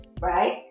right